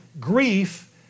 grief